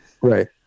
Right